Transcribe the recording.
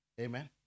Amen